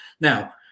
now